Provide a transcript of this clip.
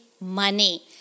money